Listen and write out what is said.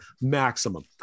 maximum